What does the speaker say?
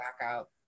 blackout